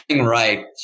right